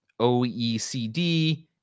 OECD